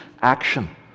action